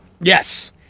Yes